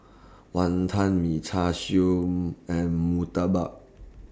Wonton Mee Char Siu and Murtabak